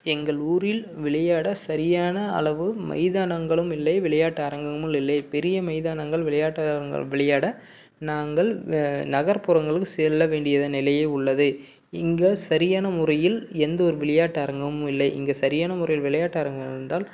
எங்கள் ஊரில் விளையாட சரியான அளவு மைதானங்களும் இல்லை விளையாட்டு அரங்கமும் இல்லை பெரிய மைதானங்கள் விளையாட்டு அரங்கங்கள் விளையாட நாங்கள் நகர்ப்புறங்களுக்கு செல்ல வேண்டியது நிலையே உள்ளது இங்கே சரியான முறையில் எந்த ஒரு விளையாட்டு அரங்கமும் இல்லை இங்கே சரியான முறையில் விளையாட்டு அரங்கங்கள் இருந்தால்